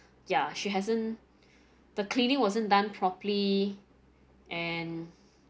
ya she hasn't the cleaning wasn't done properly and